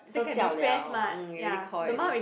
都叫了 mm you already call already